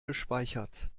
gespeichert